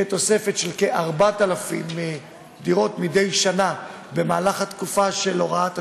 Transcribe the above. תוספת של כ-4,000 דירות מדי שנה בתקופת הוראת השעה.